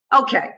okay